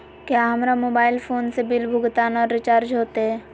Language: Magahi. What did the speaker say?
क्या हमारा मोबाइल फोन से बिल भुगतान और रिचार्ज होते?